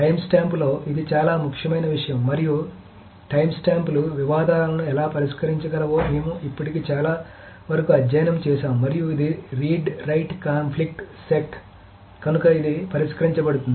టైమ్స్టాంప్లో ఇది చాలా ముఖ్యమైన విషయం మరియు టైమ్స్టాంప్లు వివాదాలను ఎలా పరిష్కరించగలవో మేము ఇప్పటికే చాలా వరకు అధ్యయనం చేసాము మరియు ఇది రీడ్ రైట్ కాన్ఫ్లిక్ట్ సెట్ కనుక ఇది పరిష్కరించబడుతుంది